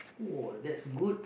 !wah! that's good